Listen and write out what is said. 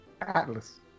Atlas